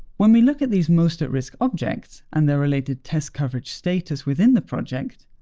when we look at these most-at-risk objects and their related test coverage status within the project,